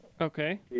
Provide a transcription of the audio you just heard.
Okay